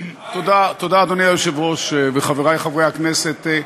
אדוני היושב-ראש וחברי חברי הכנסת,